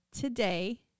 Today